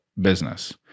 business